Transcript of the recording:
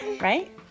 Right